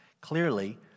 Clearly